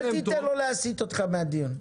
אל תיתן לו להסיט אותך מהדיון.